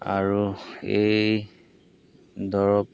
আৰু এই দৰব